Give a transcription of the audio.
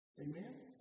Amen